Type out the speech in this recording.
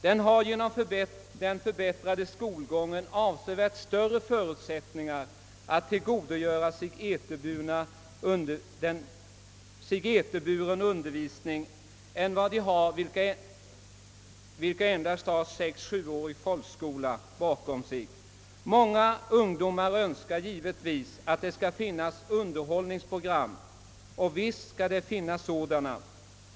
Den har genom den förbättrade skolgången avsevärt större förutsättningar att tillgodogöra sig eterburen undervisning än de som endast har sexeller sjuårig folkskola bakom sig. Många ungdomar önskar givetvis att det skall finnas underhållningsprogram. Och visst skall det finnas sådana.